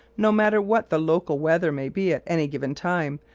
no matter what the local weather may be at any given time,